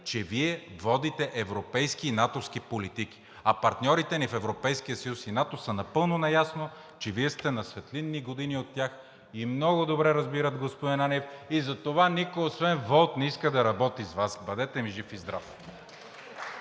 че Вие водите европейски и натовски политики. А партньорите ни в Европейския съюз и НАТО са напълно наясно, че Вие сте на светлинни години от тях и много добре разбират, господин Ананиев. И затова никой освен „Волт“ не иска да работи с Вас. Бъдете ми жив и здрав!